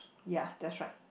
ya that's right